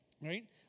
Right